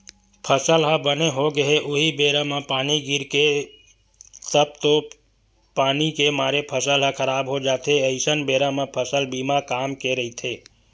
फसल ह बने होगे हे उहीं बेरा म पानी गिरगे तब तो पानी के मारे फसल ह खराब हो जाथे अइसन बेरा म फसल बीमा काम के रहिथे